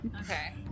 Okay